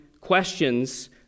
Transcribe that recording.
questions